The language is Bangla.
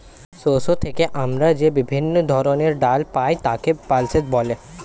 শস্য থেকে আমরা যে বিভিন্ন ধরনের ডাল পাই তাকে পালসেস বলে